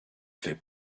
fait